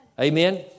Amen